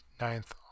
ninth